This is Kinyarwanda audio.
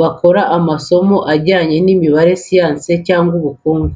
bakora amasomo ajyanye n’imibare, siyansi, cyangwa ubukungu.